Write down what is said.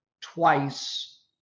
twice